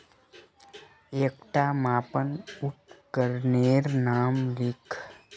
एकटा मापन उपकरनेर नाम लिख?